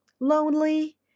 Lonely